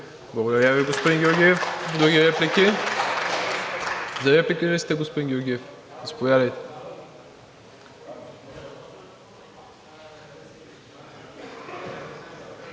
Благодаря Ви, господин Георгиев. Други реплики? За реплика ли сте, господин Георгиев? Заповядайте.